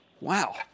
Wow